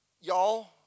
y'all